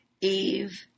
Eve